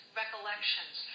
recollections